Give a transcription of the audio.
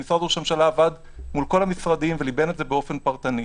ראש הממשלה עבד מול כל המשרדים וליבן את זה באופן פרטני.